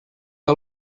que